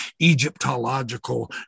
Egyptological